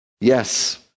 Yes